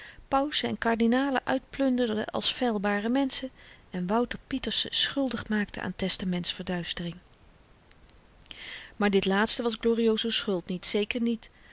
pausen en kardinalen uitplunderde als feilbare menschen en wouter pieterse schuldig maakte aan testamentsverduistering maar dit laatste was glorioso's schuld niet zeker niet